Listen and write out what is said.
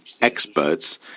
experts